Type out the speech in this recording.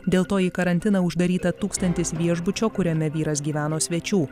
dėl to į karantiną uždaryta tūkstantis viešbučio kuriame vyras gyveno svečių